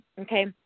okay